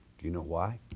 do you know why?